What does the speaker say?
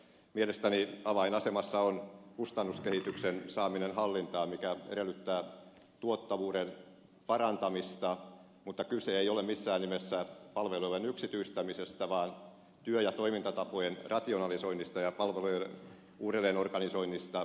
mielestäni avainasemassa on kustannuskehityksen saaminen hallintaan mikä edellyttää tuottavuuden parantamista mutta kyse ei ole missään nimessä palvelujen yksityistämisestä vaan työ ja toimintatapojen rationalisoinnista ja palvelujen uudelleenorganisoinnista kunnissa